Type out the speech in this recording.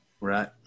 Right